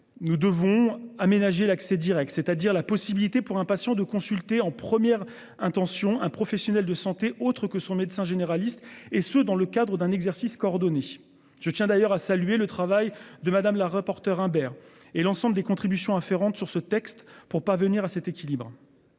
Nous devons aménager l'accès Direct, c'est-à-dire la possibilité pour un patient de consulter en première intention un professionnel de santé, autre que son médecin généraliste et ce dans le cadre d'un exercice coordonné. Je tiens d'ailleurs à saluer le travail de Madame la rapporteure Imbert et l'ensemble des contributions afférentes sur ce texte pour parvenir à cet équilibre.